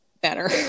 better